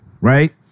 Right